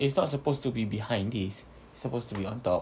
it's not supposed to be behind this supposed to be on top